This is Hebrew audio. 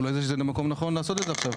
אולי זה המקום הנכון לעשות את זה עכשיו.